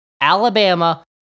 Alabama